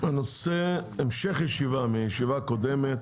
זהו המשך מישיבה קודמת,